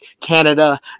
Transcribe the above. Canada